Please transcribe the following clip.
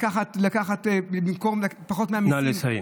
לקחת פחות מהמיסים,